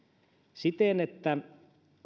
siten että